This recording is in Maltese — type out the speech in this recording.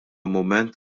mument